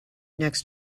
next